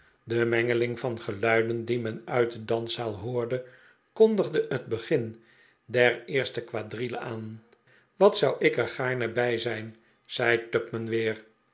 de mengeling van ge'luiden die men uit de danszaal hoorde kondigde het begin der eerste quadrille aan wat zou ik er gaarne bij zijn zei tupman weer